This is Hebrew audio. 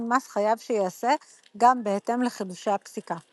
מס חייב שייעשה גם בהתאם לחידושי הפסיקה.